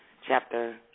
chapter